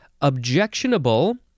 Objectionable